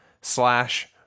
slash